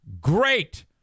great